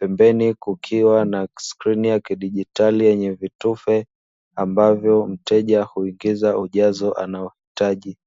pembeni kukiwa na skrini ya kidigitali yenye vitufe, ambavyo mteja huingiza ujazo anaohitaji.